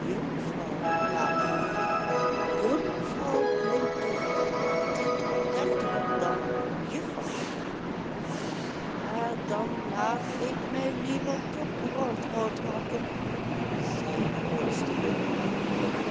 jonkvrouw laten noemen jonkvrouw klinkt toch nog altijd wat deftiger dan juffer maar dan laat ik mij liever tot brandhout hakken zei de oudste